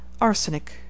Arsenic